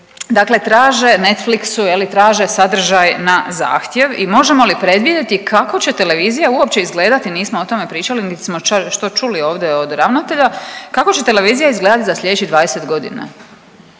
na Snapchatu, Netflixu. Dakle, traže sadržaj na zahtjev i možemo li predvidjeti kako će televizija uopće izgledati nismo o tome pričali niti smo što čuli ovdje od ravnatelja, kako će televizija izgledati za sljedećih 20 godina.